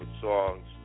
songs